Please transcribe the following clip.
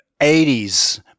80s